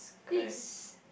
this